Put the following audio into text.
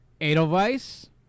Edelweiss